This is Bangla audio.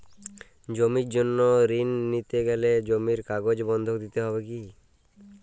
জমির জন্য ঋন নিতে গেলে জমির কাগজ বন্ধক দিতে হবে কি?